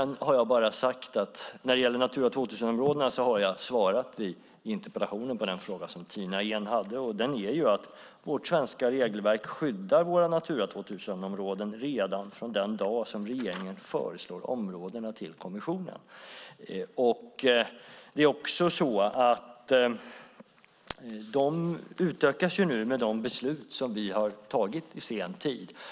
När det gäller Natura 2000-områdena har jag i interpellationen svarat på den fråga som Tina Ehn ställde. Vårt svenska regelverk skyddar våra Natura 2000-områden redan från den dag som regeringen föreslår områdena till kommissionen. De utökas nu genom de beslut som vi har fattat under senare tid.